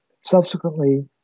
subsequently